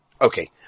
Okay